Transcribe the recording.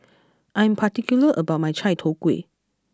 I am particular about my Chai Tow Kuay